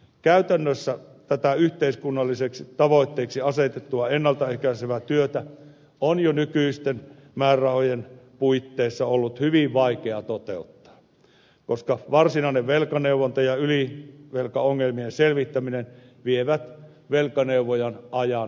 käytännössä tätä yhteiskunnalliseksi tavoitteeksi asetettua ennalta ehkäisevää työtä on jo nykyisten määrärahojen puitteissa ollut hyvin vaikea toteuttaa koska varsinainen velkaneuvonta ja ylivelkaongelmien selvittäminen vievät velkaneuvojan ajan kokonaisuudessaan